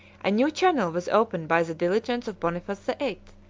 a new channel was opened by the diligence of boniface the eighth,